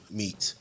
meet